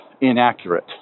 inaccurate